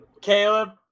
caleb